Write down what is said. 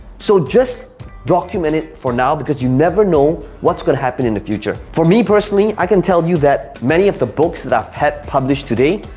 so, just document it for now because you never know what's gonna happen in the future. for me, personally, i can tell you that many of the books that i've had published today,